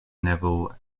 neville